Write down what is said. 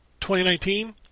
2019